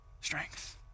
strength